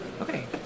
Okay